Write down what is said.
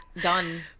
Done